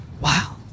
Wow